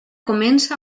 comença